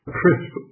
crisp